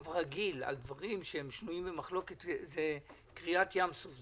רגיל על דברים שהם שנויים במחלוקת זה קריעת ים סוף,